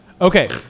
Okay